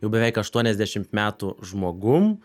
jau beveik aštuoniasdešimt metų žmogum